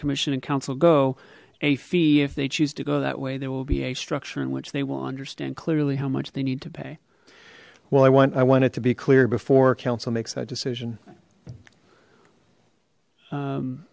commission and council go a fee if they choose to go that way there will be a structure in which they will understand clearly how much they need to pay well i want i want it to be clear before council makes that decision